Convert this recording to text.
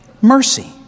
mercy